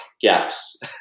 gaps